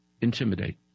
intimidate